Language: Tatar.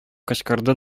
кычкырды